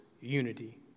unity